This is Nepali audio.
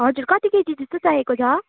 हजुर कति केजी जस्तो चाहिएको छ